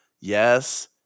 Yes